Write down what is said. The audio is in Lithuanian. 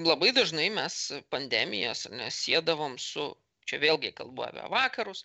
labai dažnai mes pandemijas ane siedavom su čia vėlgi kalbu apie vakarus